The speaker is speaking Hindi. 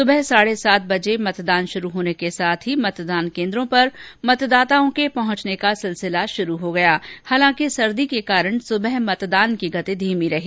सुबह साढ़े सात बजे मतदान शुरू होने के साथ ही मतदान केन्द्रों पर मतदाताओं के पहुंचने का सिलसिला शुरू हो गया हालांकि सर्दी के कारण सुबह मतदान की गति धीमी रही